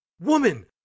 Woman